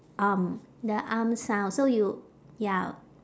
arm the arms now so you ya